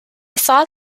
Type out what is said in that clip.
saw